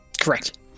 Correct